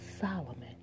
Solomon